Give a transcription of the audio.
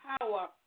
power